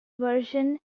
version